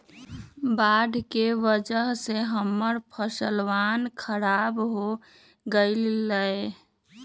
बाढ़ के वजह से हम्मर फसलवन खराब हो गई लय